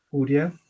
audio